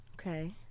okay